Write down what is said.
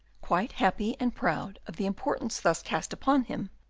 quite happy and proud of the importance thus cast upon him,